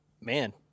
man